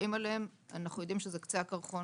קוראים עליהם אנחנו יודעים שזה קצה הקרחון,